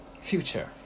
future